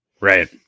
Right